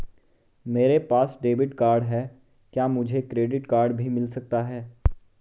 मेरे पास debit card है क्या मुझे क्रेडिट कार्ड भी मिल सकता है?